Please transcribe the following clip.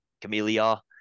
camellia